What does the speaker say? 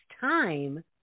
time